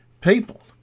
people